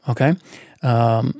Okay